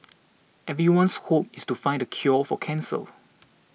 everyone's hope is to find the cure for cancer